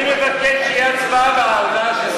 אני מבקש שתהיה הצבעה על ההודעה בעניינו.